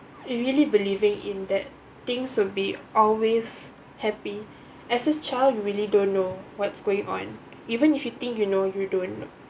it really believing in that things will be always happy as a child you really don't know what's going on even if you think you know you don't